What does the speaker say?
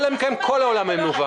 אלא אם כן כל העולם מנוון.